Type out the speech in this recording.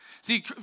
See